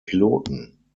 piloten